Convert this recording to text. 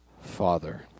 Father